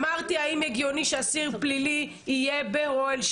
אמרתי האם הגיוני שאסיר פלילי יהיה באוהל,